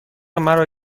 مرا